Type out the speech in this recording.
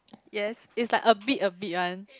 yes is like a bit a bit one